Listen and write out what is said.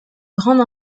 grande